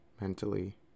mentally